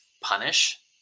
punish